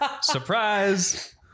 Surprise